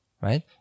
Right